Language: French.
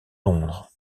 londres